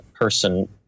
person